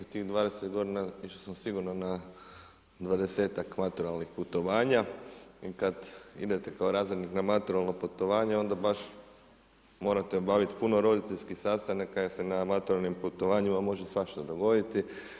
U tih 20 godina išao sam sigurno na 20-ak maturalnih putovanja i kad idete kao razrednik na maturalno putovanje, onda baš morate obavit puno roditeljskih sastanaka jer se na maturalnim putovanjima može svašta dogoditi.